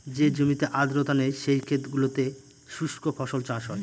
যে জমিতে আর্দ্রতা নেই, সেই ক্ষেত গুলোতে শুস্ক ফসল চাষ হয়